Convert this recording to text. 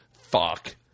Fuck